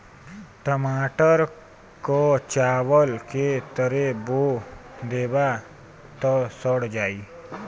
टमाटर क चावल के तरे बो देबा त सड़ जाई